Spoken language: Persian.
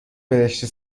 برشته